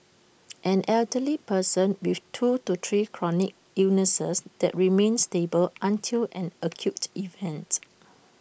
an elderly person with two to three chronic illnesses that remain stable until an acute event